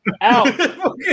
ow